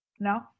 No